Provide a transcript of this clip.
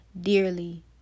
dearly